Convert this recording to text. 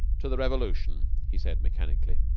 to the revolution, he said mechanically.